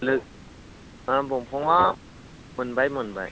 अ बिफांआ मोनबाय मोनबाय